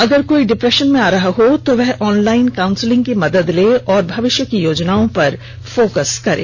अगर कोई ड़िप्रेशन में आ रहा है तो वह ऑनलाइन काउंसलिंग की मदद लें और भविष्य की योजनाओं पर फोकस करें